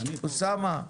אוסאמה,